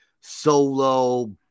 solo